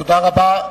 תודה רבה.